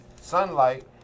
sunlight